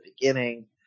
beginning